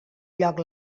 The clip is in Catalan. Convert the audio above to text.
lloc